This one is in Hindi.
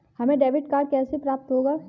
हमें डेबिट कार्ड कैसे प्राप्त होगा?